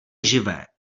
živé